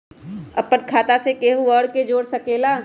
अपन खाता मे केहु आर के जोड़ सके ला?